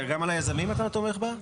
גם ביזמים אתה תומך?